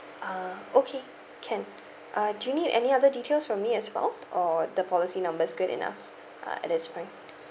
uh okay can uh do you need any other details from me as well or the policy number is good enough uh at this point